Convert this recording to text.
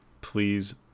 please